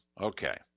Okay